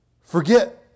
forget